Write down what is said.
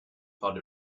thought